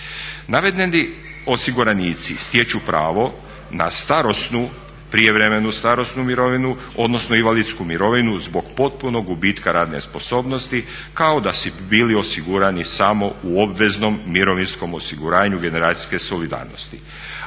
Navedeni osiguranici stječu pravo na starosnu, prijevremenu starosnu mirovinu, odnosno invalidsku mirovinu zbog potpunog gubitka radne sposobnosti kao da su bili osigurani samo u obveznom mirovinskom osiguranju generacijske solidarnosti.